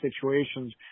situations